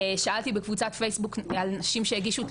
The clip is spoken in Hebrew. שאלתי בקבוצת פייסבוק על נשים שהגישו תלונה,